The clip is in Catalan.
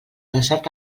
desert